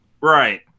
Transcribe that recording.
right